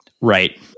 Right